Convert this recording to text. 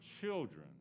children